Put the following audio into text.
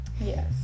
Yes